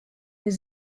new